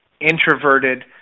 introverted